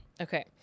okay